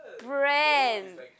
brand